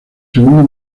segundo